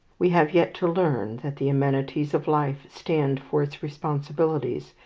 we have yet to learn that the amenities of life stand for its responsibilities,